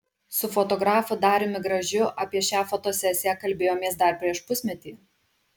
su fotografu dariumi gražiu apie šią fotosesiją kalbėjomės dar prieš pusmetį